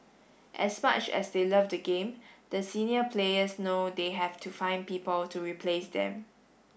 as much as they love the game the senior players know they have to find people to replace them